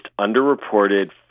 underreported